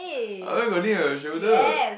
I where got lean on your shoulder